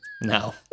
No